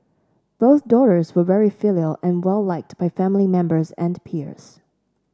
both daughters were very filial and well liked by family members and peers